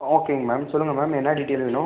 ஓகேங்க மேம் சொல்லுங்கள் மேம் என்ன டீட்டெய்ல் வேணும்